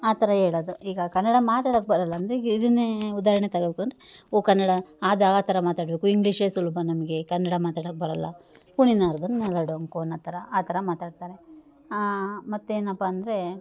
ಆ ಥರ ಹೇಳೋದು ಈಗ ಕನ್ನಡ ಮಾತಾಡೋಕ್ಕೆ ಬರೋಲ್ಲ ಅಂದರೆ ಈಗ ಇದನ್ನೇ ಉದಾಹರಣೆಗೆ ತೊಗೊಬೇಕು ಅಂದರೆ ಓ ಕನ್ನಡ ಅದಾ ಆ ಥರ ಮಾತಾಡಬೇಕು ಇಂಗ್ಲೀಷೇ ಸುಲಭ ನಮಗೆ ಕನ್ನಡ ಮಾತಾಡೋಕ್ಕೆ ಬರೋಲ್ಲ ಕುಣಿಲಾರ್ದೋನು ನೆಲ ಡೊಂಕು ಅನ್ನೋಥರ ಆ ಥರ ಮಾತಾಡ್ತಾರೆ ಮತ್ತೇನಪ್ಪ ಅಂದರೆ